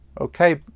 Okay